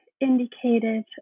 indicated